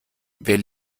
wer